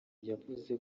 yavuze